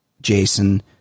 Jason